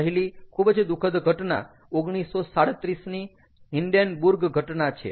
પહેલી ખૂબ જ દુઃખદ ઘટના 1937ની હિન્ડેન્બુર્ગ ઘટના છે